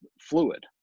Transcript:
fluid